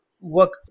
work